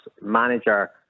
manager